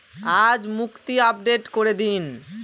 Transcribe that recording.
আজ মুক্তি আপডেট করে দিন